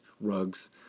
rugs